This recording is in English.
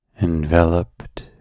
enveloped